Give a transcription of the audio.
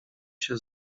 się